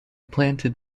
planted